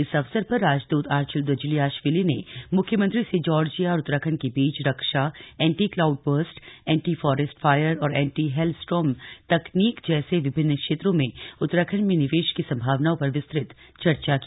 इस अवसर पर राजदूत आर्चिल दजुलियाश्विली ने मुख्यमंत्री से जॉर्जिया और उत्तराखण्ड के बीच रक्षा anti cloud burst anti forest fire और एंटी हेल स्टॉर्म तकनीक जैसे विभिन्न क्षेत्रों में उत्तराखण्ड में निवेश की सम्भावनाओं पर विस्तृत चर्चा की